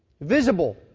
visible